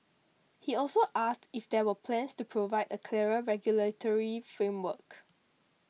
he also asked if there were plans to provide a clearer regulatory framework